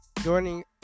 joining